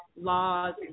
laws